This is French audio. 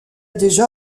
déjà